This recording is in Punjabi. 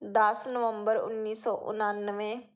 ਦਸ ਨਵੰਬਰ ਉੱਨੀ ਸੌ ਉਣਾਨਵੇਂ